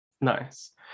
Nice